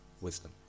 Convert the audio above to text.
wisdom